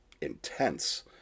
intense